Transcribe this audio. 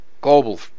global